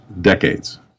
decades